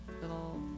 little